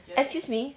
excuse me